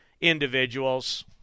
individuals